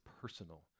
personal